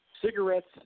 cigarettes